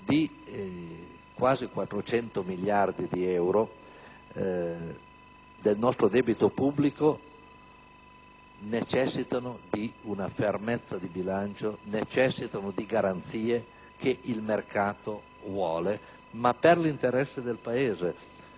di quasi 400 miliardi di euro del nostro debito pubblico necessiti di una fermezza di bilancio e di garanzie che il mercato richiede, ma per l'interesse del Paese,